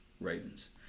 Ravens